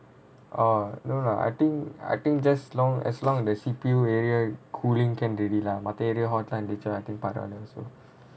orh no lah I think I think just long as long the C_P_U area cooling can already lah மத்த:maththa area hot மத்த:maththa area இருந்துச்சுன்னா அது பரவால:irunthuchuna adhu paravaala so